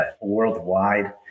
worldwide